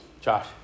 Josh